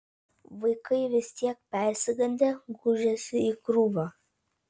vaikai vis tiek persigandę gūžėsi į krūvą